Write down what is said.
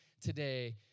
today